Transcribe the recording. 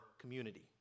community